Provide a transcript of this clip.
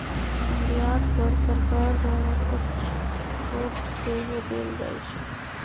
निर्यात पर सरकार द्वारा कुछ छूट सेहो देल जाइ छै